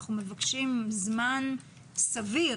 אנחנו מבקשים זמן סביר